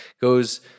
goes